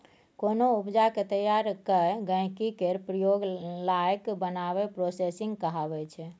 कोनो उपजा केँ तैयार कए गहिंकी केर प्रयोग लाएक बनाएब प्रोसेसिंग कहाबै छै